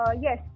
yes